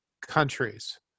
countries